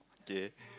okay